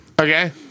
Okay